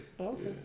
okay